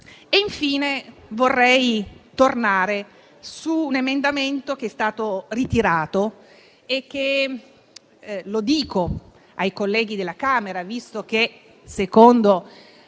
Infine, vorrei tornare su un emendamento che è stato ritirato - lo dico ai colleghi della Camera, visto che secondo